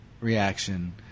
reaction